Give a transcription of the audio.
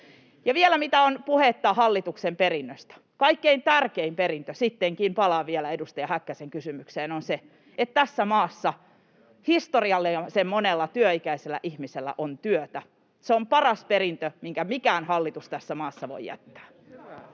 siihen, mitä on puhetta hallituksen perinnöstä: kaikkein tärkein perintö sittenkin — palaan vielä edustaja Häkkäsen kysymykseen — on se, että tässä maassa historiallisen monella työikäisellä ihmisellä on työtä. Se on paras perintö, minkä mikään hallitus tässä maassa voi jättää.